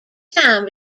time